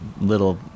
Little